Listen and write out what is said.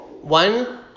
One